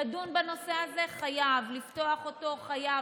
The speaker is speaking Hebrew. לדון בנושא הזה חייבים, לפתוח אותו חייבים.